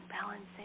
balancing